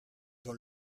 dont